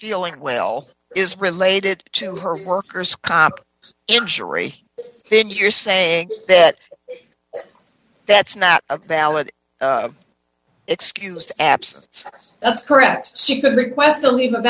feeling well is related to her worker's comp injury then you're saying that that's not a valid excuse apps yes that's correct she can request a leave of